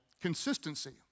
consistency